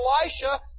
Elisha